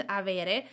avere